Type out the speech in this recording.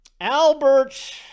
Albert